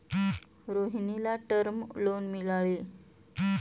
रोहिणीला term loan मिळाले